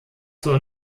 zur